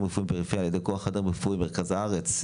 רפואיים בפריפריה על יד כוח אדם רפואי ממרכז הארץ,